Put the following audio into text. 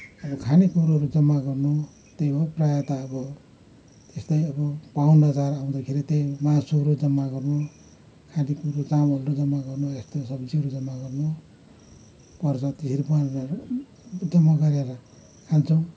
अब खानेकुराहरू जम्मा गर्नु प्रायः त अब त्यस्तै अब पाहुना जार आउँदाखेरि मासुहरू जम्मा गर्नु आदि कुरो चामलहरू जम्मा गर्नु यस्तो सब्जीहरू जम्मा गर्नुपर्छ धेरथोर जम्मा गरेर खान्छौँ